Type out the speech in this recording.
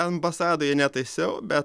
ambasadoje netaisiau bet